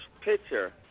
picture